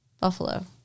Buffalo